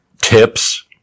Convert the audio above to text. tips